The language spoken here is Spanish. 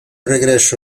regreso